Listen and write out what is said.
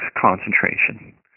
concentration